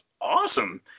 awesome